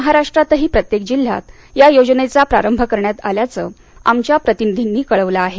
महाराष्ट्रातही प्रत्येक जिल्ह्यात या योजनेचा प्रारंभ करण्यात आल्याचं आमच्या प्रतिनिधींनी कळवलं आहे